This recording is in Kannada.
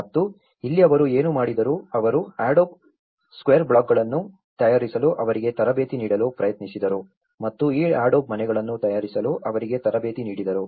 ಮತ್ತು ಇಲ್ಲಿ ಅವರು ಏನು ಮಾಡಿದರು ಅವರು ಅಡೋಬ್ ಸ್ಕ್ವೇರ್ ಬ್ಲಾಕ್ಗಳನ್ನು ತಯಾರಿಸಲು ಅವರಿಗೆ ತರಬೇತಿ ನೀಡಲು ಪ್ರಯತ್ನಿಸಿದರು ಮತ್ತು ಈ ಅಡೋಬ್ ಮನೆಗಳನ್ನು ತಯಾರಿಸಲು ಅವರಿಗೆ ತರಬೇತಿ ನೀಡಿದರು